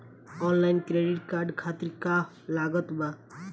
Online credit card खातिर का का लागत बा?